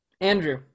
Andrew